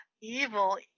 evil